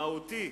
מהותי